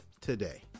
today